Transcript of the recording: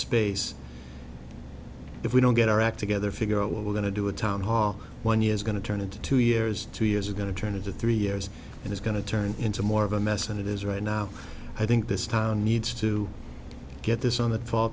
space if we don't get our act together figure out what we're going to do a town hall one year's going to turn into two years two years are going to turn into three years and it's going to turn into more of a mess and it is right now i think this town needs to get this on the fall